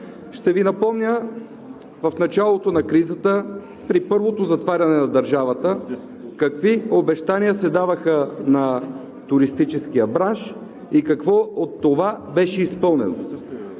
Ще Ви напомня, в началото на кризата, при първото затваряне на държавата, какви обещания се даваха на туристическия бранш и какво от това беше изпълнено.